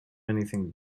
anything